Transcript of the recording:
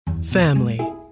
family